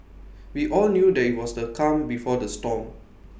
we all knew that IT was the calm before the storm